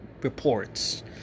reports